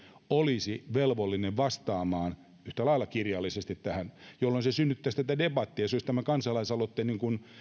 olisi velvollinen vastaamaan tähän yhtä lailla kirjallisesti jolloin se synnyttäisi tätä debattia se olisi kansalaisaloitteen